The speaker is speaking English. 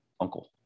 uncle